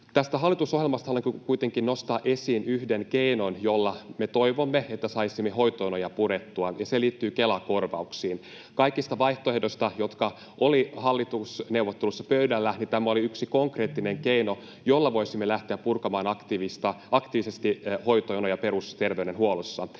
Hallitusohjelmasta haluan kuitenkin nostaa esiin yhden keinon, jolla me toivomme, että saisimme hoitojonoja purettua, ja se liittyy Kela-korvauksiin. Kaikista vaihtoehdoista, jotka olivat hallitusneuvotteluissa pöydällä, tämä oli yksi konkreettinen keino, jolla voisimme lähteä purkamaan aktiivisesti hoitojonoja perusterveydenhuollossa.